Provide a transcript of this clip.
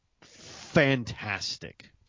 Fantastic